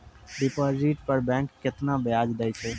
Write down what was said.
Deposit पर bank केतना ब्याज दै छै?